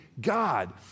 God